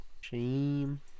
Shame